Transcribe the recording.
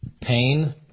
pain